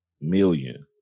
million